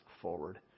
forward